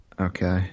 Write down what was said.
Okay